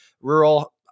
rural